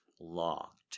locked